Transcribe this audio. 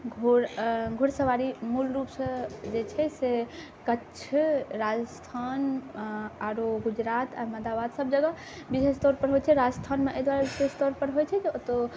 घोड़ घोड़सवारी मुलरूपसँ जे चाही से कच्छ राजस्थान आओर गुजरात अहमदाबाद सबजगह विशेष तौरपर होइ छै राजस्थानमे एहि दुआरे विशेष तौरपर होइ छै जे ओतऽ